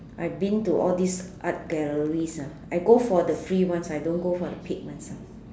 I been to all these art galleries ah I go for the free ones I don't go for the paid ones